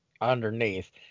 underneath